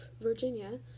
Virginia